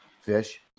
fish